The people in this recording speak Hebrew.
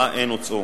שבה הן הוצאו.